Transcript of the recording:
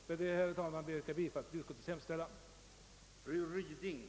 Med detta, herr talman, ber jag att få yrka bifall till utskottets hemställan.